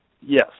Yes